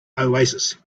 oasis